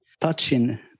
touching